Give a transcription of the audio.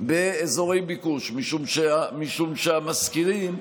באזורי ביקוש, משום שהמשכירים,